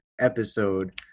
episode